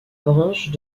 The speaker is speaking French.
branche